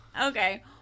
okay